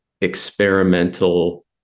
experimental